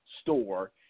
store